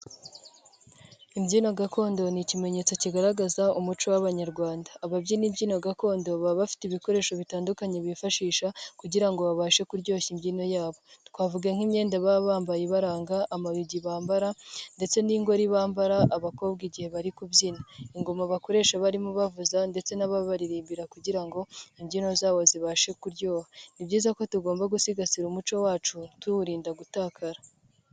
Imbyino gakondo ni ikimenyetso kigaragaza umuco w'Abanyarwanda, ababyinyina imbyino gakondo baba bafite ibikoresho bitandukanye bifashisha kugira ngo babashe kuryoshya imbyino zabo, twavuga nk'imyenda baba bambaye ibaranga, amayugi bambara ndetse n'ingori bambara abakobwa igihe bari kubyina, ingoma bakoresha barimo bavuza ndetse n'ababaririmbira kugira ngo imbyino zabo zibashe kuryoha; ni byiza ko tugomba gusigasira umuco wacu tuwurinda gutakara.